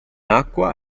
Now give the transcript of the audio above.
acqua